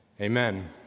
Amen